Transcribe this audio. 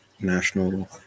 national